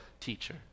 teacher